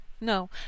No